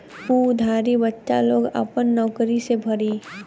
उ उधारी बच्चा लोग आपन नउकरी से भरी